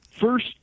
First